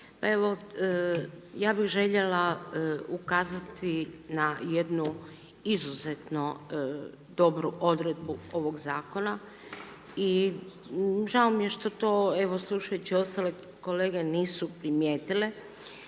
Ja bih željela ukazati na jednu izuzetnu dobru odredbu ovog zakona i žao mi je što to evo slušajući ostale kolege nisu primijetile.